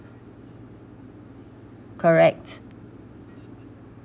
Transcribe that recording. correct